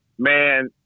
man